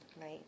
Right